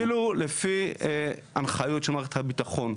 אפילו לפי הנחיות של מערכת הביטחון,